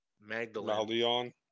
Magdalene